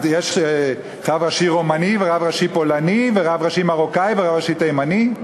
יש רב ראשי רומני ורב ראשי פולני ורב ראשי מרוקאי ורב ראשי תימני?